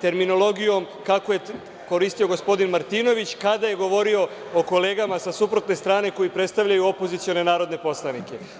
terminologijom kako je to koristio gospodin Martinović, kada je govorio o kolegama sa suprotne strane koji predstavljaju opozicione narodne poslanike.